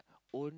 own